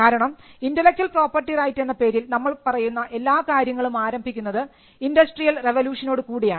കാരണം intellectual property right എന്ന പേരിൽ നമ്മൾ പറയുന്ന എല്ലാ കാര്യങ്ങളും ആരംഭിക്കുന്നത് ഇൻഡസ്ട്രിയൽ റവല്യൂഷനോടികുടിയാണ്